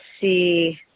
see